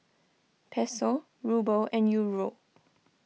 Peso Ruble and Euro